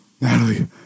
Natalie